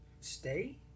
stay